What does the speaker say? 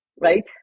Right